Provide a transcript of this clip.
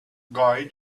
guy